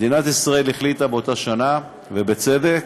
מדינת ישראל החליטה באותה שנה, ובצדק,